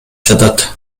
жатат